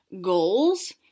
goals